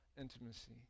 intimacy